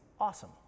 awesome